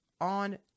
on